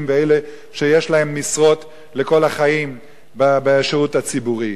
ואלה שיש להם משרות לכל החיים בשירות הציבורי,